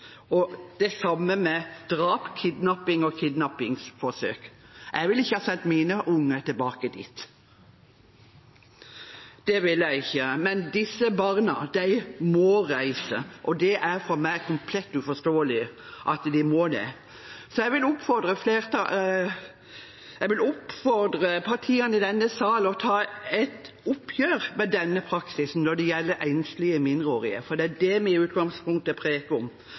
Det samme gjelder drap, kidnapping og kidnappingsforsøk. Jeg ville ikke ha sendt mine unger tilbake dit – det ville jeg ikke. Men disse barna må reise, og det er for meg komplett uforståelig at de må det. Så jeg vil oppfordre partiene i denne sal til å ta et oppgjør med denne praksisen når det gjelder enslige mindreårige, for det er det vi i utgangspunktet snakker om.